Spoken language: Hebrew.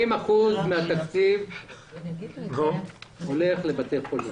40 אחוזים מהתקציב הולכים לבתי חולים.